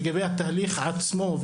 לגבי התהליך עצמו,